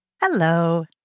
Hello